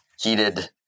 heated